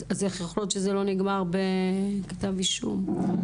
איך יכול להיות שזה לא נגמר בכתב אישום?